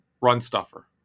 run-stuffer